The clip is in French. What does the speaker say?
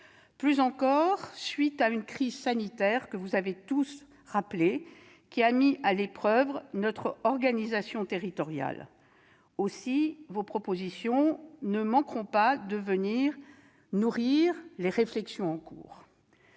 plus encore aujourd'hui, après une crise sanitaire que vous avez tous mentionnée et qui a mis à l'épreuve notre organisation territoriale. Aussi, vos propositions ne manqueront pas de venir nourrir les réflexions en cours.